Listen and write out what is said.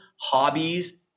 hobbies